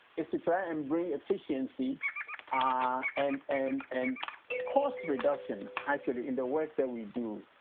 it's to try and bring efficiency um and and and cost reduction, actually, in the work that we do.